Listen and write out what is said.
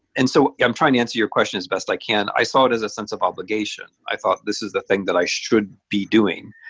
and so i'm trying to answer your question as best i can. i saw it as a sense of obligation. i thought, this is the thing that i should be doing.